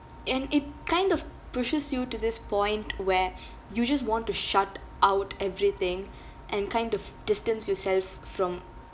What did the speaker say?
and it kind of pushes you to this point where you just want to shut out everything and kind of distance yourself from